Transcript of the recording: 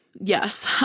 Yes